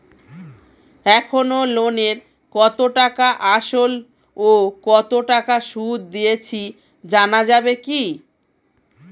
এখনো লোনের কত টাকা আসল ও কত টাকা সুদ দিয়েছি জানা যাবে কি?